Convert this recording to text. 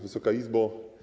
Wysoka Izbo!